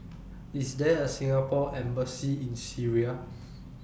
IS There A Singapore Embassy in Syria